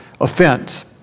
offense